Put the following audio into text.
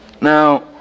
Now